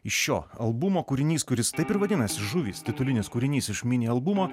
iš šio albumo kūrinys kuris taip ir vadinasi žuvys titulinis kūrinys iš mini albumo